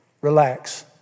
Relax